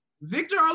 Victor